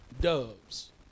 doves